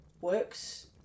works